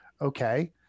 okay